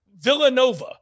Villanova